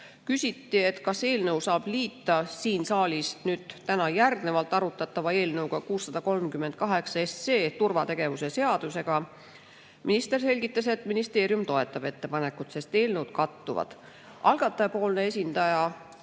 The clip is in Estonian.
Küsiti, kas eelnõu saab liita siin saalis täna järgmisena arutatava eelnõuga 638 ehk turvategevuse seadusega. Minister selgitas, et ministeerium toetab seda ettepanekut, sest eelnõud kattuvad. Algatajapoolne esindaja